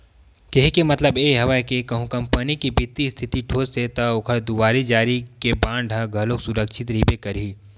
केहे के मतलब ये हवय के कहूँ कंपनी के बित्तीय इस्थिति ठोस हे ता ओखर दुवारी जारी के बांड ह घलोक सुरक्छित रहिबे करही